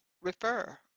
refer